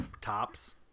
tops